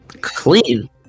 clean